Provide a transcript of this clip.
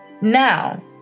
Now